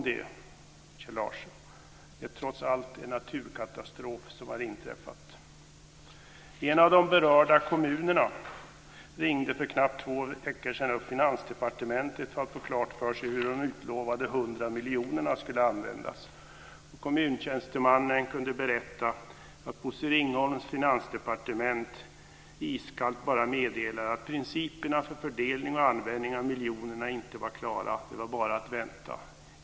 Det är trots allt en naturkatastrof som har inträffat. En av de berörda kommunerna ringde för knappt två veckor sedan upp Finansdepartementet för att få klart för sig hur de utlovade 100 miljonerna skulle användas. Kommuntjänstemannen kunde berätta att Bosse Ringholms finansdepartement iskallt bara meddelade att principerna för fördelning och användning av miljonerna inte var klara. Det var bara att vänta.